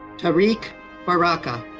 tarik baraka.